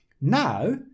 now